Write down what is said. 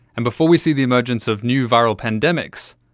and before we see the emergence of new viral pandemics,